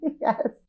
Yes